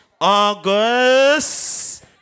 August